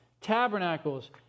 tabernacles